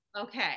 Okay